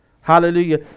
Hallelujah